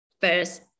first